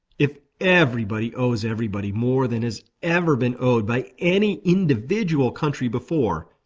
if everybody owes everybody more than has ever been owed by any individual country before,